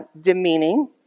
demeaning